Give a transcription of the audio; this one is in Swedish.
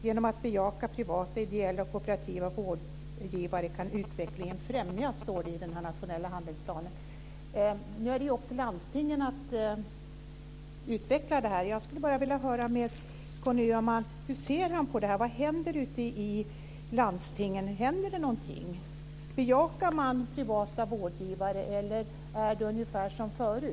Genom att bejaka privata, ideella och kooperativa vårdgivare kan utvecklingen främjas, står det i den här nationella handlingsplanen. Nu är det upp till landstingen att utveckla det här. Jag skulle bara vilja höra med Conny Öhman hur han ser på detta. Vad händer ute i landstingen? Händer det någonting? Bejakar man privata vårdgivare, eller är det ungefär som förut?